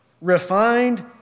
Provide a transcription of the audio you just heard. refined